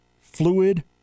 fluid